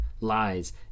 lies